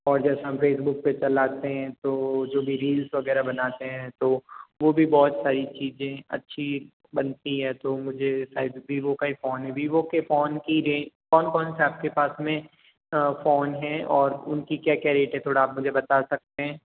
और जैसा हम फेसबुक पे चलाते हैं तो जो भी रील्स वगैरह बनाते हैं तो वो भी बहुत सही चीज़ें अच्छी बनती है तो मुझे शायद वीवो का ही फोन वीवो के फोन की रेंज कौन कौन सा आपके पास में फोन है और उनकी क्या क्या रेट है थोड़ा आप मुझे बता सकते हैं